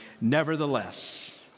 Nevertheless